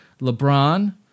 LeBron